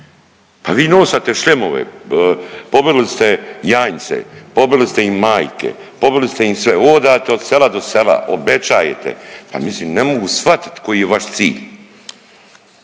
Pa vi nosate šljemove, pobili ste janjce, pobili ste im majke, pobili im ste sve, odate od sela do sela, obećajete pa mislim ne mogu svatit koji je vaš cilj.